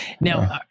Now